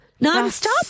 non-stop